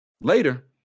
Later